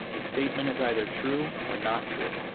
a statement is either true or not true.